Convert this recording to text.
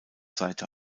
seite